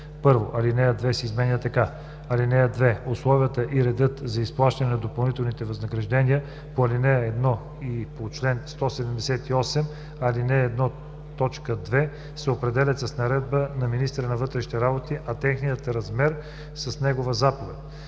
1. Алинея 2 се изменя така: „(2) Условията и редът за изплащане на допълнителните възнаграждения по ал. 1 и по чл. 178, ал. 1, т. 2 се определят с наредба на министъра на вътрешните работи, а техният размер – с негова заповед.“